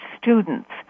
students